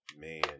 Man